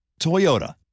Toyota